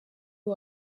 uyu